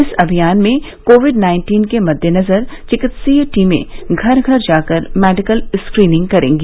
इस अभियान में कोविड नाइन्टीन के मद्देनजर चिकित्सकीय टीमें घर घर जाकर मेडिकल स्क्रीनिंग करेंगी